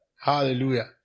Hallelujah